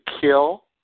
kill